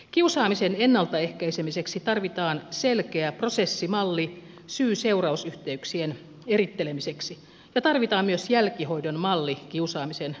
kiusaamisen ennalta ehkäisemiseksi tarvitaan selkeä prosessimalli syyseuraus yhteyksien erittelemiseksi ja tarvitaan myös jälkihoidon malli kiusaamisen uhreille